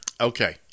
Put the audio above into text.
Okay